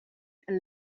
and